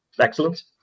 excellent